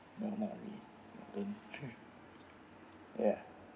no not really don't ya